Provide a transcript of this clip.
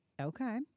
okay